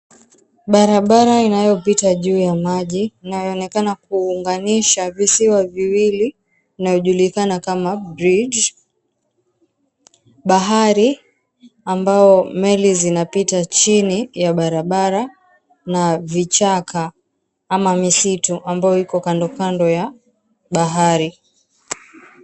Barabara inayopita juu ya maji inayoonekana kuunganisha visiwa viwili na inayojulikana kama bridge . Bahari ambao meli zinapita chini ya barabara na vichaka ama misitu ambayo iko kandokando ya bahari.